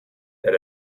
that